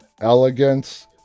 elegance